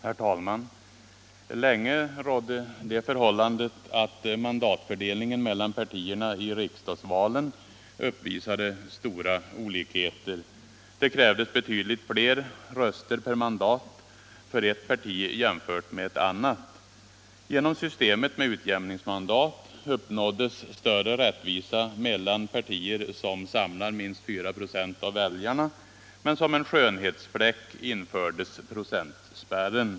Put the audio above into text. Herr talman! Länge rådde det förhållandet att mandatfördelningen mel lan partierna i riksdagsvalen uppvisade stora olikheter. Det krävdes betydligt flera röster per mandat för ett parti än för ett annat. Genom systemet med utjämningsmandat uppnåddes större rättvisa mellan partier som samlar minst 4 96 av väljarna, men som en skönhetsfläck infördes procentspärren.